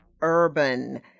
urban